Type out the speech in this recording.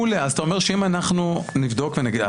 אתה אומר שאם אנחנו נבדוק ונגיד,